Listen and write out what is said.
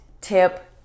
tip